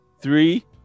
three